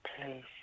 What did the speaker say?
place